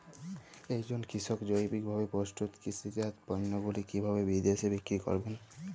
একজন কৃষক জৈবিকভাবে প্রস্তুত কৃষিজাত পণ্যগুলি কিভাবে বিদেশে বিক্রি করবেন?